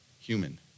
Human